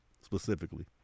specifically